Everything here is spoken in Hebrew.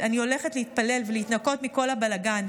אני הולכת להתפלל ולהתנקות מכל הבלגן.